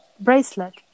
bracelet